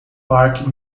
park